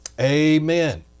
Amen